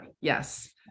yes